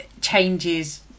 changes